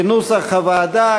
כנוסח הוועדה.